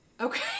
Okay